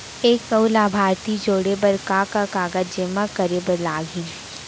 एक अऊ लाभार्थी जोड़े बर का का कागज जेमा करे बर लागही?